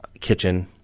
kitchen